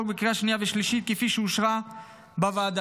בקריאה שנייה ושלישית כפי שאושרה בוועדה.